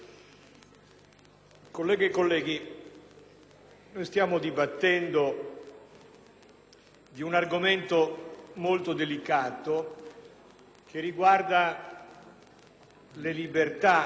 di un argomento molto delicato (riguarda le libertà di espressione), che non è una mera pratica burocratica.